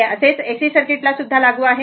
हे असेच AC circuit ला सुद्धा लागू आहे